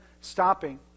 stopping